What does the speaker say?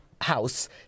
house